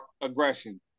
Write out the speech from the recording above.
aggression